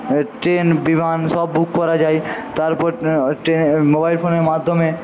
train বিমান সব book করা যায় তারপর ট্রে মোবাইল ফোনের মাধ্যমে